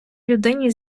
людині